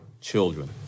children